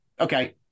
Okay